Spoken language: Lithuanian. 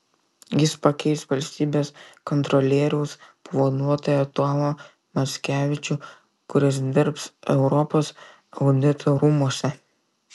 jis pakeis valstybės kontrolieriaus pavaduotoją tomą mackevičių kuris dirbs europos audito rūmuose